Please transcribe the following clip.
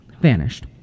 vanished